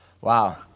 Wow